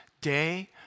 day